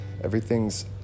everything's